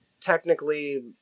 Technically